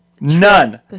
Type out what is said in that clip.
none